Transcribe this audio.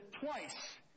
twice